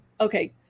okay